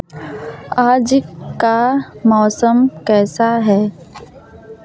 आज का मौसम कैसा है